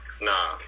Nah